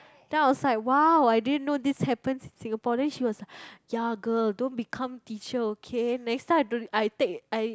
then I was like !wow! I didn't know this happened in Singapore then she was like ya girl don't become teacher okay next time I don't I take I